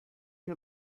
che